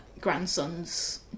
grandson's